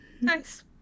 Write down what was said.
Nice